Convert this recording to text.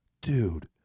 Dude